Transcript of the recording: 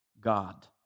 God